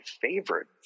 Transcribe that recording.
favorite